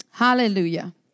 Hallelujah